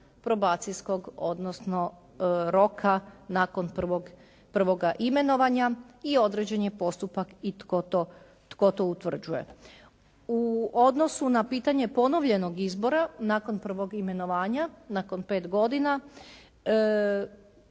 probacijskog odnosno roka nakon prvoga imenovanja i određen je postupak i tko to utvrđuje. U odnosu na pitanje ponovljenog izbora nakon prvog imenovanja nakon pet godina,